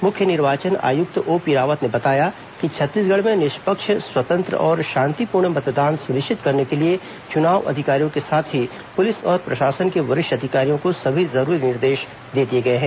मुख्य निर्वाचन आयुक्त ओपी रावत ने बताया कि छत्तीसगढ़ में निष्पक्ष स्वतंत्र और शांतिपूर्ण मतदान सुनिश्चित करने के लिए चुनाव अधिकारियों के साथ ही पुलिस और प्रशासन के वरिष्ठ अधिकारियों को सभी जरूरी निर्देश दे दिए गए हैं